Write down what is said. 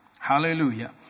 Hallelujah